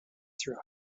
through